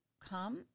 come